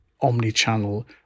omni-channel